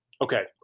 okay